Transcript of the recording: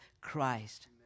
Christ